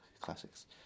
classics